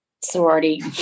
sorority